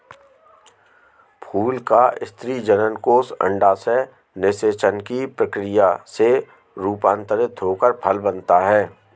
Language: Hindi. फूल का स्त्री जननकोष अंडाशय निषेचन की प्रक्रिया से रूपान्तरित होकर फल बनता है